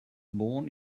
born